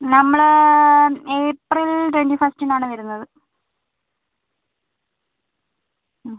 നമ്മൾ April twenty ഫസ്റ്റിനാണ് വരുന്നത് മ്